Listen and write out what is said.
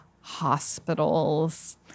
hospitals